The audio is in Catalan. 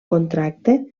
contracte